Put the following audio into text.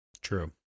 True